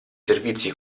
servizi